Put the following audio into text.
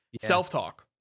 Self-talk